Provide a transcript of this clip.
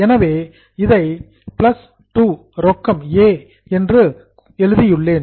எனவே நான் இதை பிளஸ் 2 ரொக்கம் ஏ என்று எழுதியுள்ளேன்